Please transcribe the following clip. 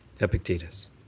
Epictetus